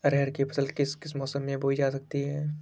अरहर की फसल किस किस मौसम में बोई जा सकती है?